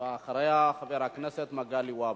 אחריה, חבר הכנסת מגלי והבה.